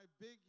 big